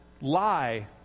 lie